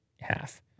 half